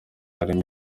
harimo